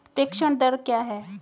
प्रेषण दर क्या है?